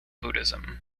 buddhism